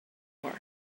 more